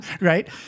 Right